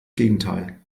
gegenteil